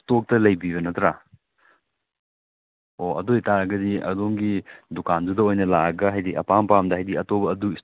ꯑꯣ ꯑꯗꯨꯗꯤ ꯌꯥꯝ ꯅꯨꯡꯉꯥꯏꯖꯔꯦ ꯍꯌꯦꯡꯒꯨꯝꯕ ꯀꯔꯤꯗꯅꯣ ꯃꯁꯤꯒꯤ ꯑꯗꯨꯝ ꯊꯕꯛ ꯍꯥꯡꯕꯤꯗꯣꯏ ꯑꯣꯏ ꯇꯥꯔꯒꯗꯤ ꯑꯗꯨꯗ ꯑꯗꯨꯝ ꯂꯦꯡꯊꯣꯛꯆꯔꯒ ꯑꯩꯈꯣꯏꯒꯤ ꯑꯄꯥꯝꯕ ꯗꯤꯖꯥꯏꯟ ꯃꯈꯩꯗꯨ ꯑꯗꯨꯝ ꯈꯟꯕꯤꯕ ꯌꯥꯔꯅꯤꯀꯣ